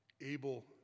able